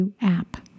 app